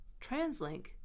TransLink